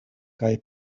kaj